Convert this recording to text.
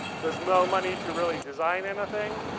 there is no money to really design anything.